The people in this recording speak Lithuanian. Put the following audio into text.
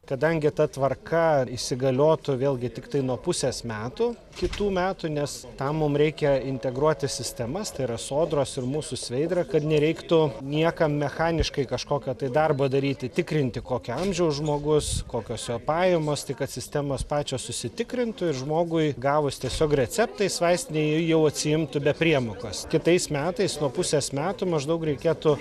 kadangi ta tvarka įsigaliotų vėlgi tiktai nuo pusės metų kitų metų nes tam mum reikia integruoti sistemas tai yra sodros ir mūsų sveidrą kad nereiktų niekam mechaniškai kažkokio darbo daryti tikrinti kokio amžiaus žmogus kokios jo pajamos tai kad sistemos pačios susitikrintų ir žmogui gavus tiesiog receptą jis vaistinėj jau atsiimtų be priemokos kitais metais nuo pusės metų maždaug reikėtų